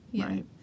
Right